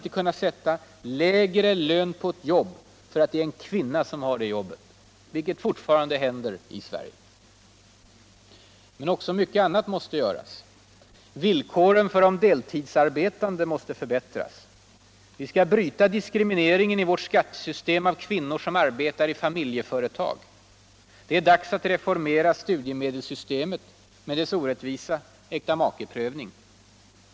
inte kunna sätta lägre lön på ett jobb för att det är en kvinna som har det jobbet. vilket förtfarande händer i Sverige. Men också mycket annat måste göras. Villkoren för de deltidsarbetande mäåste förbättrus. Vi skall bryta diskrimineringen 1 vårt skattesystem av kvinnor som arbetar i familjeföretag. Det är dags att reformera studiemedelssystemet, så att man bl.a. tar bort äktamakeprövningen.